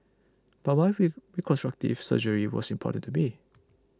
but my read reconstructive surgery was important to me